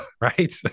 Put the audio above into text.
right